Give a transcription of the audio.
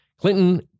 Clinton